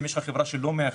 אם יש לך חברה שלא מאחדת.